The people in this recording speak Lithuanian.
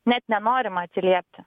net nenorima atsiliepti